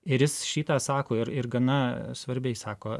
ir jis šį tą sako ir ir gana svarbiai sako